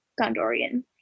Gondorian